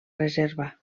reserva